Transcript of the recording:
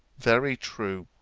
very true,